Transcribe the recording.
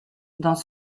dans